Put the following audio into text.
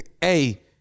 Hey